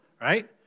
right